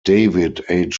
david